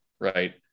right